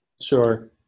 Sure